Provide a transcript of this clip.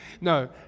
No